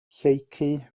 lleucu